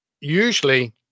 usually